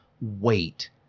wait